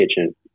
kitchen